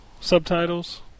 subtitles